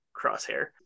Crosshair